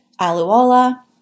Aluola